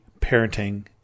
parenting